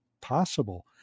possible